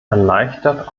erleichtert